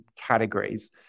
categories